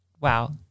wow